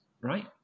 right